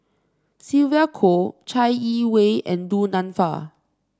Sylvia Kho Chai Yee Wei and Du Nanfa